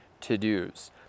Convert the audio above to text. to-dos